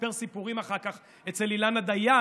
סיפר סיפורים אחר כך אצל אילנה דיין,